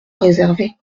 réservé